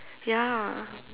ya